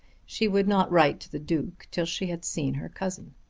she would not write to the duke till she had seen her cousin.